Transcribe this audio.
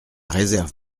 réserve